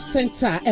Center